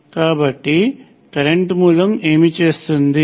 కాబట్టి కరెంట్ మూలం ఏమి చేస్తుంది